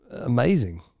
amazing